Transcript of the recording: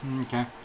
Okay